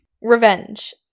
revenge